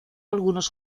algunos